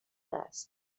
است